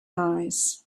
eyes